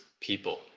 people